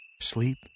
Sleep